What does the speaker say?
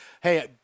hey